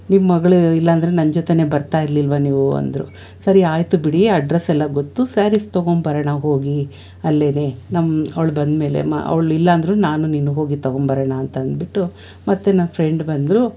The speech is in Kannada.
ನಿಮ್ಮ ಮಗ್ಳು ಇಲ್ಲ ಅಂದ್ರೆ ನನ್ನ ಜೊತೆಗೇ ಬರ್ತಾ ಇರಲಿಲ್ವ ನೀವು ಅಂದರು ಸರಿ ಆಯ್ತು ಬಿಡಿ ಅಡ್ರಸ್ಸೆಲ್ಲ ಗೊತ್ತು ಸ್ಯಾರಿಸ್ ತೊಗೊಂಬರೋಣ ಹೋಗಿ ಅಲ್ಲೇ ನಮ್ಮ ಅವ್ಳು ಬಂದಮೇಲೆ ಮಾ ಅವ್ಳು ಇಲ್ಲ ಅಂದ್ರೂ ನಾನು ನೀನು ಹೋಗಿ ತೊಗೊಂಬರೋಣ ಅಂತಂದ್ಬಿಟ್ಟು ಮತ್ತೆ ನಾ ಫ್ರೆಂಡ್ ಬಂದ್ಳು